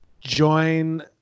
join